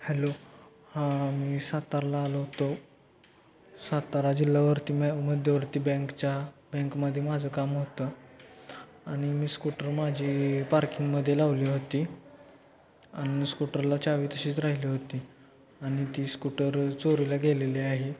hello हां मी साताऱ्याला आलो होतो सातारा जिल्हावरती मॅ मध्यवर्ती बँकच्या बँकमध्ये माझं काम होतं आणि मी स्कूटर माझी पार्किंगमध्ये लावली होती आणि स्कूटरला चावी तशीच राहिली होती आणि ती स्कूटर चोरीला गेलेली आहे